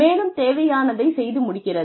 மேலும் தேவையானதை செய்து முடிக்கிறது